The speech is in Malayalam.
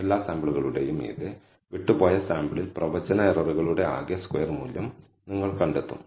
എല്ലാ സാമ്പിളുകളുടേയും മീതെ വിട്ടുപോയ സാമ്പിളിൽ പ്രവചന എററുകളുടെ ആകെ സ്ക്വയർ മൂല്യം നിങ്ങൾ കണ്ടെത്തും